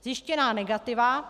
Zjištěná negativa.